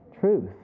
Truth